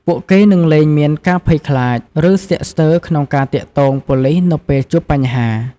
ពួកគេនឹងលែងមានការភ័យខ្លាច ឬស្ទាក់ស្ទើរក្នុងការទាក់ទងប៉ូលីសនៅពេលជួបបញ្ហា។